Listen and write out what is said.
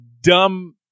dumb